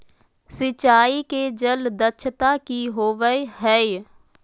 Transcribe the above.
सिंचाई के जल दक्षता कि होवय हैय?